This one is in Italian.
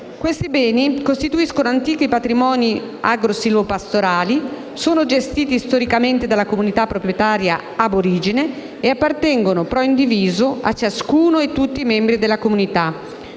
Questi beni costituiscono antichi patrimoni agro-silvo-pastorali; sono gestiti storicamente dalla comunità proprietaria *ab origine* e appartengono *pro indiviso* a ciascuno e a tutti i membri della comunità.